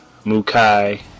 Mukai